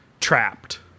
trapped